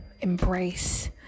embrace